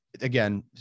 Again